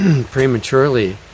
prematurely